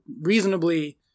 reasonably